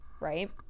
right